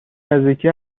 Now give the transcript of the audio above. نزدیکی